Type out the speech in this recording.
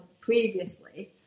previously